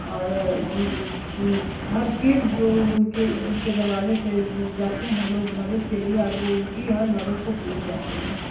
اور ہر چیز جو ان کے ان کے دروازے پہ جاتے ہیں لوگ مدد کے لیے اور وہ ان کی ہر مدد کو پوری کرتے ہیں